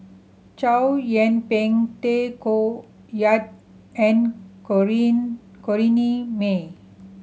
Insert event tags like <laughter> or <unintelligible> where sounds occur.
Chow Yian Ping Tay Koh Yat and <unintelligible> Corrinne May